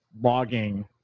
logging